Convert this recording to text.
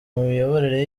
miyoborere